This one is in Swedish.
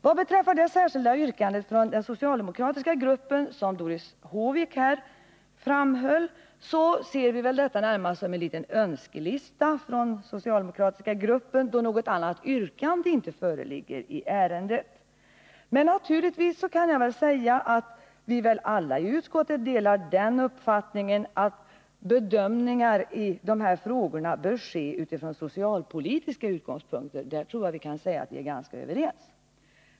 Vad beträffar det särskilda yttrande från den socialdemokratiska gruppen som Doris Håvik här talade om ser vi detta närmast som en liten önskelista från den socialdemokratiska gruppen, då något annat yrkande i ärendet inte föreligger. Men naturligtvis kan jag väl säga att vi alla i utskottet delar uppfattningen att bedömningar i de här frågorna bör göras från socialpolitiska utgångpunkter. Där tror jag att jag kan säga att vi är ganska Overens.